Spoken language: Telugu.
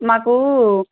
మాకు